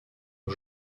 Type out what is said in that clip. aux